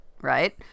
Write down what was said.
Right